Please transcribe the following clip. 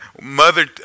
mother